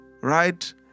Right